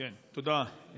תודה.